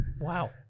Wow